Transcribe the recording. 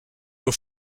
your